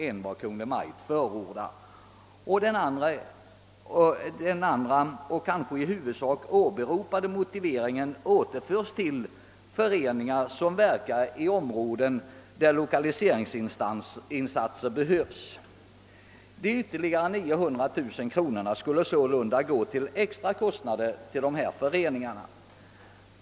Den motivering som åberopas för detta ytterligare höjda anslag tar i huvudsak sikte på de föreningar som verkar i områden där lokaliseringsinsatser behövs. De 900 000 kronorna skulle alltså främst användas till extrakostnader för dessa föreningar.